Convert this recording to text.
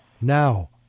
Now